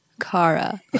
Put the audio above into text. Kara